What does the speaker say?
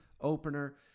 opener